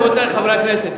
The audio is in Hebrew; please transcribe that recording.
רבותי חברי הכנסת,